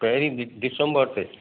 पहिरीं दि दिसम्बर ते